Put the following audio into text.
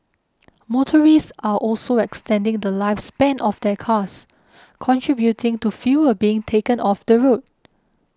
motorists are also extending the lifespan of their cars contributing to fewer being taken off the road